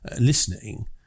listening